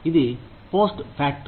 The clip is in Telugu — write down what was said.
ఇది పోస్ట్ ఫ్యాక్టో